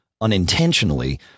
unintentionally